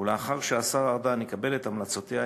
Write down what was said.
ולאחר שהשר ארדן יקבל את המלצותיה,